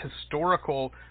historical